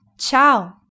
Ciao